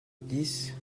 dix